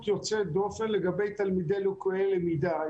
יוצאת דופן לגבי תלמידים לקויי למידה.